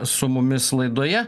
su mumis laidoje